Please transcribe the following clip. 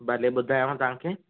भले ॿुधायांव तव्हांखे